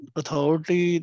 authority